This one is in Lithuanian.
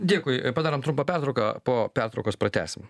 dėkui padarom trumpą pertrauką po pertraukos pratęsim